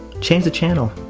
change the channel.